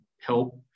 help